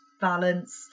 balance